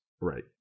Right